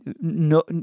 no